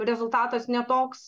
rezultatas ne toks